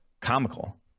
comical